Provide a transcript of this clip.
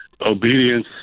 obedience